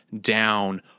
down